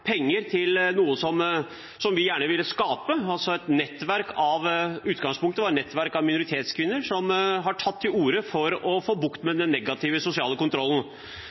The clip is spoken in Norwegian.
penger til noe som vi gjerne ville skape, et nettverk – i utgangspunktet et nettverk av minoritetskvinner som har tatt til orde for å få bukt med den negative sosiale kontrollen.